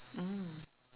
mm